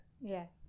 Yes